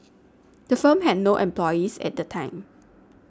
the firm had no employees at the time